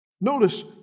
Notice